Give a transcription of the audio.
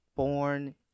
...born